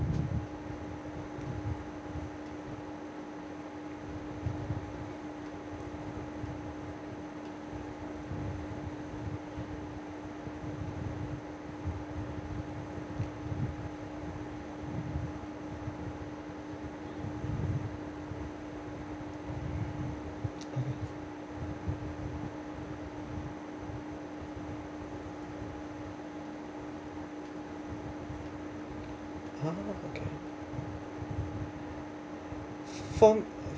for